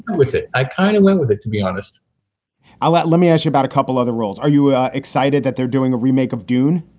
with it, i kind of went with it, to be honest i let let me ask you about a couple other roles. are you excited that they're doing a remake of dune?